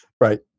Right